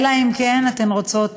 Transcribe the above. אלא אם כן אתן רוצות,